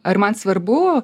ar man svarbu